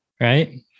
right